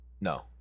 No